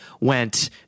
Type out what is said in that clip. went